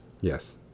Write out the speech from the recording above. Yes